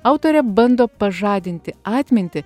autorė bando pažadinti atmintį